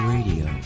Radio